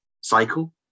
cycle